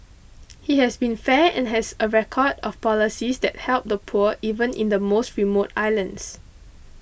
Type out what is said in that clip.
he has been fair and has a record of policies that help the poor even in the most remote islands